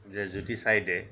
যে জুতি চাই দে